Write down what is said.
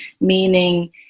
meaning